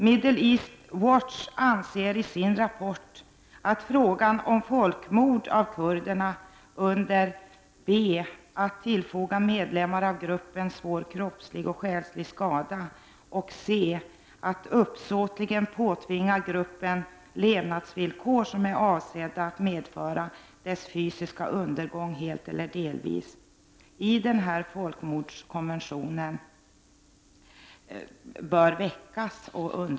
Middle East Watch anser i sin rapport att frågan om folkmord mot kurderna bör väckas och undersökas under definitionerna b) ”att tillfoga medlemmar av gruppen svår kroppslig eller själslig skada” och c) ”att uppsåtligen påtvinga gruppen levnadsvillkor som är avsedda att medföra dess fysiska undergång helt eller delvis” i folkmordskonventionen.